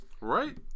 Right